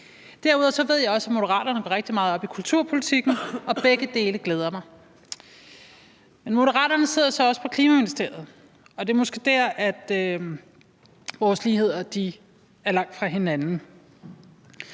Derudover ved jeg også, at Moderaterne går rigtig meget op i kulturpolitik, og begge dele glæder mig. Men Moderaterne sidder så også på Klima-, Energi- og Forsyningsministeriet, og det er måske der, vores ligheder er langt fra hinanden.